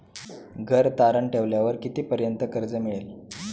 घर तारण ठेवल्यावर कितीपर्यंत कर्ज मिळेल?